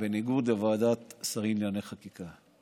בניגוד לוועדת שרים לענייני חקיקה.